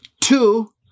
Two